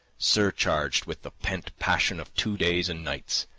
surcharged with the pent passion of two days and nights.